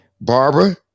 barbara